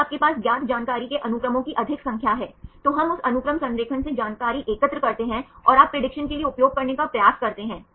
यदि आपके पास ज्ञात जानकारी के अनुक्रमों की अधिक संख्या है तो हम उस अनुक्रम संरेखण से जानकारी एकत्र करते हैं और आप प्रेडिक्शन के लिए उपयोग करने का प्रयास कर सकते हैं